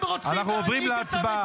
אנחנו עוברים להצבעה.